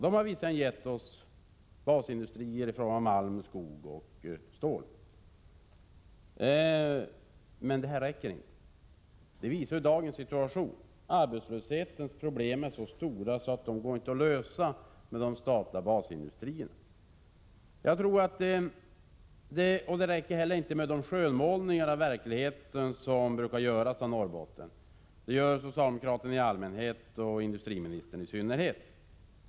De har minsann gett basindustrier i fråga om skog, malm och stål. Men detta räcker inte. Det visar dagens situation. Arbetslöshetens problem är så stora att de inte går att lösa med hjälp av de statliga basindustrierna. Det räcker heller inte med de skönmålningar av verkligheten i Norrbotten som brukar göras. Det gör socialdemokraterna i allmänhet och industriministern i synnerhet.